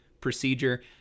procedure